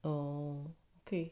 oh okay